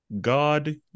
God